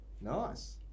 Nice